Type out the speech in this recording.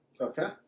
Okay